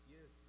Yes